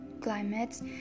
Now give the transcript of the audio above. climates